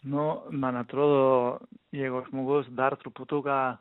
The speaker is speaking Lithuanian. nu man atrodo jeigu žmogus dar truputuką